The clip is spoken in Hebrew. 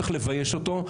צריך לבייש אותו,